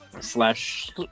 slash